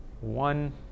one